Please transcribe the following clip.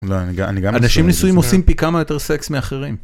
אנשים נשואים עושים פי כמה יותר סקס מאחרים.